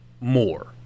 more